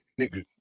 nigga